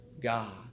God